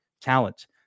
talent